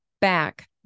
back